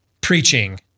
preaching